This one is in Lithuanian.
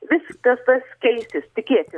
vis kas tas keisis tikėtina